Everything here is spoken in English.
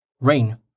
Rain